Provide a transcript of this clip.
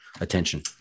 attention